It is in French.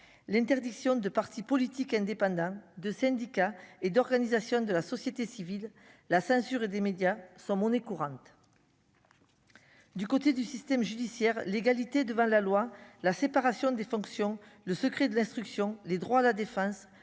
l'interdiction de partis politiques indépendants de syndicats et d'organisations de la société civile, la censure et des médias sont monnaie courante. Du côté du système judiciaire, l'égalité devant la loi, la séparation des fonctions le secret de l'instruction, les droits de la défense